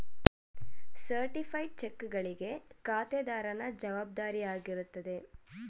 certified ಚೆಕ್ಗಳಿಗೆ ಖಾತೆದಾರನ ಜವಾಬ್ದಾರಿಯಾಗಿರುತ್ತದೆ